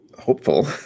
hopeful